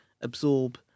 absorb